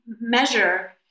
measure